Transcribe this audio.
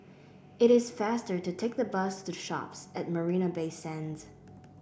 it is faster to take the bus to The Shoppes at Marina Bay Sands